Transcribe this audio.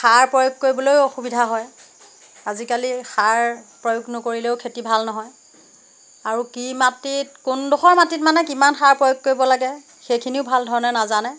সাৰ প্ৰয়োগ কৰিবলৈও অসুবিধা হয় আজিকালি সাৰ প্ৰয়োগ নকৰিলেও খেতি ভাল নহয় আৰু কি মাটিত কোনডখৰ মাটিত মানে কিমান সাৰ প্ৰয়োগ কৰিব লাগে সেইখিনিও ভাল ধৰণে নাজানে